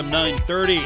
930